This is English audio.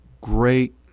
great